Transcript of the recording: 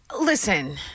Listen